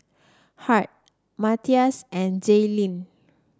Hart Mathias and Jaelynn